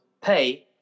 pay